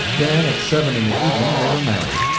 then, at seven in the evening, they were married,